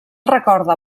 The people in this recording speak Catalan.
recorda